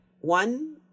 one